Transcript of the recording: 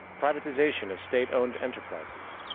privatization of state-owned enterprises.